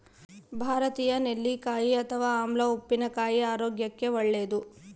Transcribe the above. ಭಾರತೀಯ ನೆಲ್ಲಿಕಾಯಿ ಅಥವಾ ಆಮ್ಲ ಉಪ್ಪಿನಕಾಯಿ ಆರೋಗ್ಯಕ್ಕೆ ಒಳ್ಳೇದು